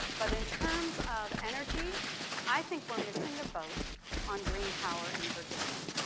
but in terms of energy i think we're gonna sing the boat on green power in virginia.